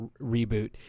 reboot